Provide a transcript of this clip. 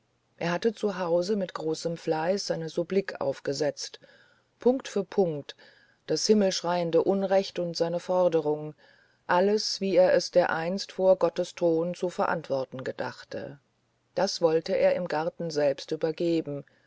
er hatte zu hause mit großem fleiß eine supplik aufgesetzt punkt für punkt das himmelschreiende unrecht und seine forderung alles wie er es dereinst vor gottes thron zu verantworten gedachte das wollte er im garten selbst übergeben